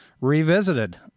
revisited